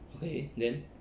okay then